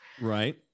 right